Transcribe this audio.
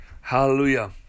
Hallelujah